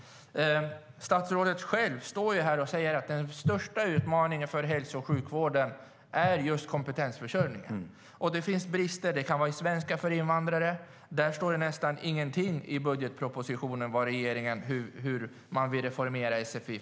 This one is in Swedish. Statsrådet säger att den största utmaningen för hälso och sjukvården är kompetensförsörjningen. Det finns brister. Det gäller till exempel svenska för invandrare. I budgetpropositionen står nästan ingenting om hur regeringen vill reformera sfi.